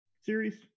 series